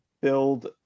build